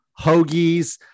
hoagies